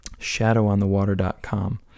shadowonthewater.com